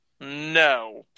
No